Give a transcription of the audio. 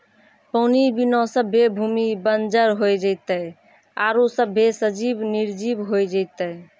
पानी बिना सभ्भे भूमि बंजर होय जेतै आरु सभ्भे सजिब निरजिब होय जेतै